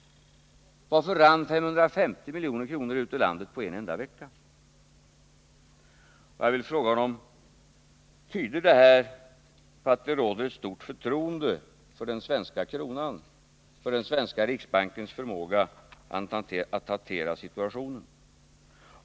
Varför rann 550 miljoner ut ur landet på en enda vecka? Och jag vill fråga honom: Tyder detta på att det finns ett stort förtroende för den svenska kronan och för den svenska riksbankens förmåga att hantera situationen?